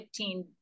15